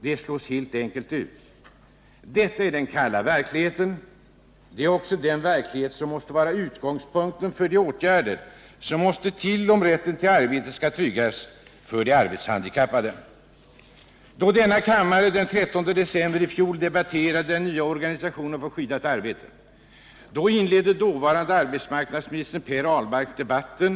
De slås helt enkelt ut. Detta är den kalla verkligheten. Det är också den verkligheten som måste vara utgångspunkten för de åtgärder som måste till om rätten till arbete skall tryggas för de arbetshandikappade. Då denna kammare den 13 december i fjol debatterade den nya organisationen för skyddat arbete, inledde dåvarande arbetsmarknadsministern Per Ahlmark debatten.